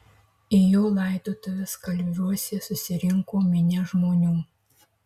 į jo laidotuves kalviuose susirinko minia žmonių